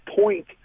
point